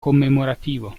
commemorativo